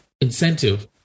Incentive